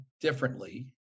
differently